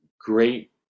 great